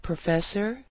Professor